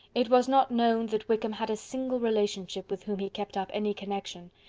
it was not known that wickham had a single relationship with whom he kept up any connection,